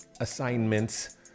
assignments